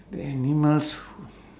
and you must